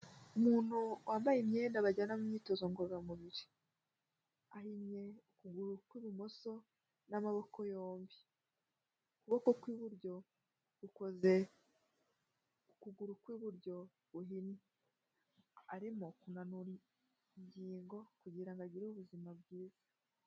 Umuntu wambaye imyenda bajyana mu myitozo ngororamubiri, ahinnye ukuguru kw'ibumoso n'amaboko yombi. Ukuboko kw'iburyo gukoze k'ukuguru kw'iburyo guhinnye, arimo kunanura ingingo kugira ngo agire ubuzima bwiza.